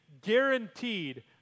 guaranteed